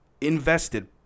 invested